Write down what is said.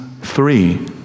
three